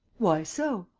why so?